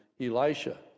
Elisha